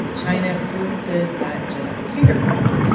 china posted that genetic fingerprint,